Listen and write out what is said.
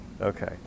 Okay